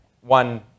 One